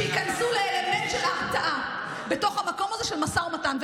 שייכנסו לאלמנט של הרתעה בתוך המקום הזה של משא ומתן.